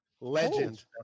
Legend